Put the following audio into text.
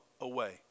away